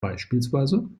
beispielsweise